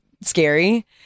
scary